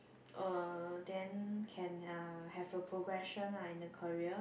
uh then can uh have a progression ah in the career